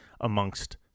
amongst